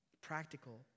practical